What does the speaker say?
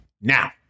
Now